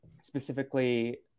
specifically